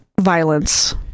violence